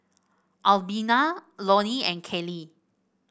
Albina Lonie and Callie